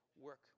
work